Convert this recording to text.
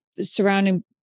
surrounding